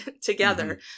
together